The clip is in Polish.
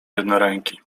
jednoręki